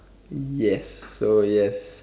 yes so yes